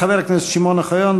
חבר הכנסת שמעון אוחיון,